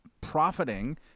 profiting